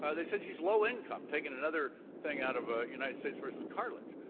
ah they said she's low income, taking another thing out of ah united states v. cartlidge.